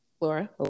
Laura